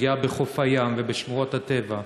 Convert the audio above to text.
פגיעה בחוף הים ובשמורות הטבע,